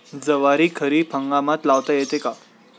ज्वारी खरीप हंगामात लावता येते का?